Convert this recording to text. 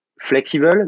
flexible